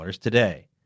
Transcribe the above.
today